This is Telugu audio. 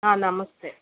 నమస్తే